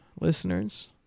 listeners